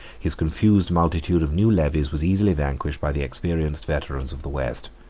his confused multitude of new levies was easily vanquished by the experienced veterans of the west.